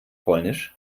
polnisch